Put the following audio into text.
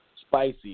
spicy